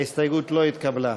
ההסתייגות לא התקבלה.